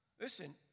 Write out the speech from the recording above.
Listen